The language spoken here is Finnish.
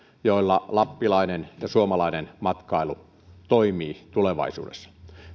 jolla lappilainen ja suomalainen matkailu toimii tulevaisuudessa